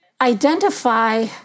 identify